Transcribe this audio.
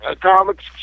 Comics